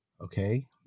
Okay